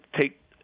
take